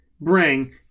bring